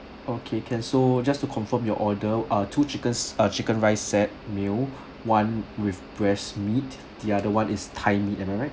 okay can so just to confirm your order ah two chickens uh chicken rice set meal one with breast meat the other one is thigh meat am I right